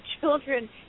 children